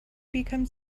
become